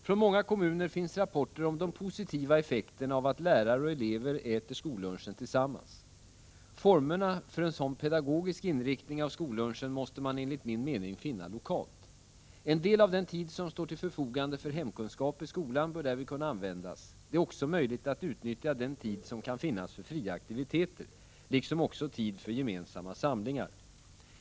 Från många kommuner finns rapporter om de positiva effekterna av att lärare och elever äter skollunchen tillsammans. Formerna för en sådan ”pedagogisk” inriktning av skollunchen måste man enligt min mening finna lokalt. En del av den tid som står till förfogande för hemkunskap i skolan bör därvid kunna användas. Det är också möjligt att utnyttja den tid som kan finnas för fria aktiviteter, liksom också tid för gemensamma samlingar.